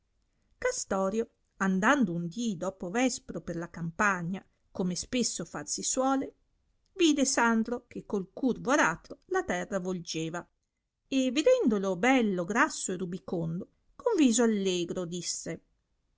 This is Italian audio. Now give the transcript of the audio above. castorio andando un dì doppo vespro per la campagna come spesso far far si suole vide sandro che col curvo aratro la terra volgeva e vedendolo bello grasso e rubicondo con viso allegro disse